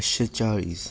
पांचशें चाळीस